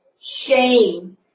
shame